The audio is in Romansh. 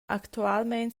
actualmein